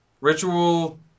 Ritual